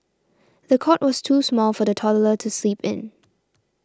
the cot was too small for the toddler to sleep in